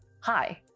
hi